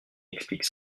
explique